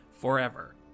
forever